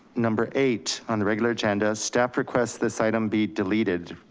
number eight on the regular agenda staff requests this item be deleted.